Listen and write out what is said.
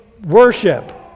worship